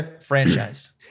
franchise